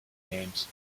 names